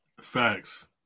Facts